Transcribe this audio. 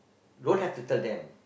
don't have to tell them